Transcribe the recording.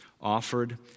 offered